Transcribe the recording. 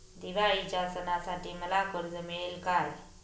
दिवाळीच्या सणासाठी मला कर्ज मिळेल काय?